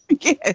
Yes